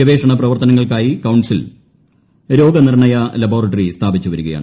ഗവേഷണ പ്രവർത്തനങ്ങൾക്കായി കൌൺസിൽ രോഗനിർണ്ണയ ലബോറട്ടി സ്ഥാപിച്ചു വരികയാണ്